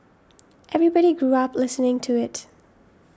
everybody grew up listening to it